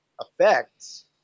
effects